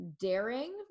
daring